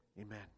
Amen